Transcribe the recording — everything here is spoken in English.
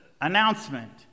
announcement